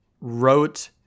wrote